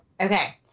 okay